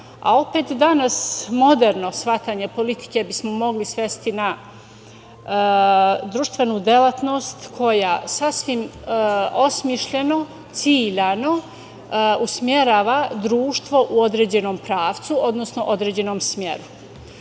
a opet danas moderno shvatanje politike bismo mogli svesti na društvenu delatnost koja sasvim osmišljeno, ciljano usmerava društvo u određenom pravcu, odnosno u određenom smeru. Od